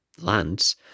lands